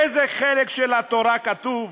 באיזה חלק של התורה זה כתוב?